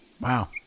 Wow